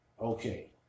Okay